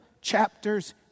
chapters